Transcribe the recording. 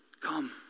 Come